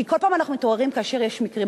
כי כל פעם אנחנו מתעוררים כאשר יש מקרים,